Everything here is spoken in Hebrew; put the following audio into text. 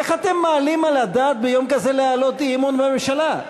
איך אתם מעלים על הדעת ביום כזה להעלות אי-אמון בממשלה?